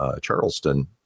Charleston